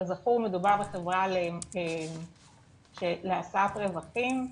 כזכור מדובר בחברה לעשיית רווחים,